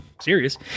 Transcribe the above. serious